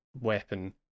weapon